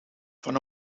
van